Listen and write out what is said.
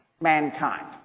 mankind